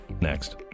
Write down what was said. Next